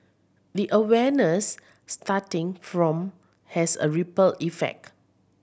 the awareness starting from has a ripple effect